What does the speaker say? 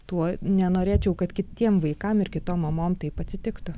tuo nenorėčiau kad kitiem vaikam ir kitom mamom taip atsitiktų